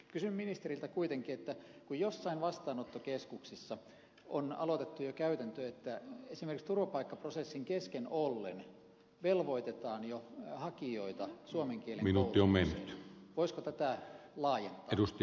kysyn ministeriltä kuitenkin kun joissain vastaanottokeskuksissa on aloitettu jo käytäntö että esimerkiksi turvapaikkaprosessin kesken ollen velvoitetaan jo hakijoita suomen kielen koulutukseen voisiko tätä laajentaa